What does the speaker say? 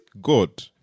God